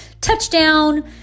touchdown